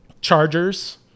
Chargers